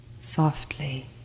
softly